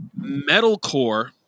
metalcore